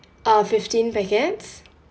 uh fifteen packets